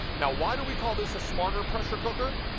now, why do we call this a smarter pressure cooker?